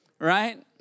right